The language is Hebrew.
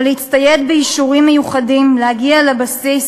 או להצטייד באישורים מיוחדים להגיע לבסיס